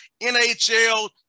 NHL